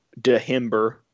DeHember